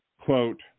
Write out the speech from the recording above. quote